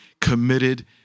committed